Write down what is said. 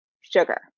sugar